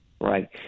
right